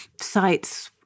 sites